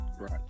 Right